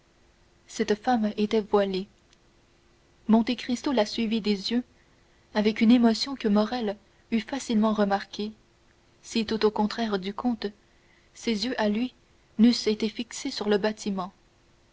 cette femme était voilée monte cristo la suivit des yeux avec une émotion que morrel eût facilement remarquée si tout au contraire du comte ses yeux à lui n'eussent été fixés sur le bâtiment